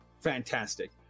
fantastic